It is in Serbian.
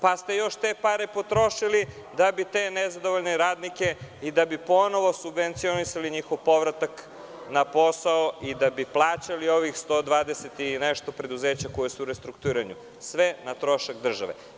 Pa ste još te pare potrošili da bi te nezadovoljne radnike ponovo subvencionisali, njihov povratak na posao i da bi plaćali ovih 120 i nešto preduzeća koja su u restrukturiranju, a sve na trošak države.